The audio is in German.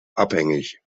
abhängig